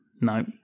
No